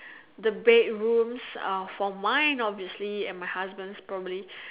the bedrooms are for mine obviously and my husbands probably